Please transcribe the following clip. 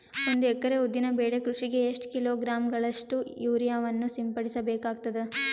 ಒಂದು ಎಕರೆ ಉದ್ದಿನ ಬೆಳೆ ಕೃಷಿಗೆ ಎಷ್ಟು ಕಿಲೋಗ್ರಾಂ ಗಳಷ್ಟು ಯೂರಿಯಾವನ್ನು ಸಿಂಪಡಸ ಬೇಕಾಗತದಾ?